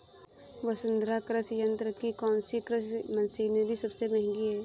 वसुंधरा कृषि यंत्र की कौनसी कृषि मशीनरी सबसे महंगी है?